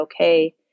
okay